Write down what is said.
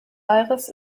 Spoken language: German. aires